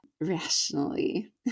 rationally